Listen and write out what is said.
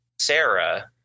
sarah